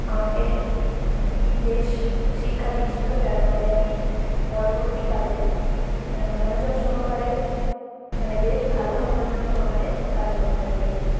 আমাকে বেশ শিক্ষা দিয়েছিলো যার ফলে আমি পরবর্তী কাজে মনোযোগ সহকারে মানে বেশ ভালো মনোযোগ সহকারে কাজ করতে পারি